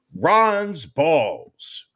RONSBALLS